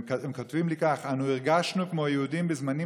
הם כותבים לי כך: אנו הרגשנו כמו יהודים בזמנים